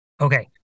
Okay